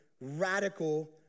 radical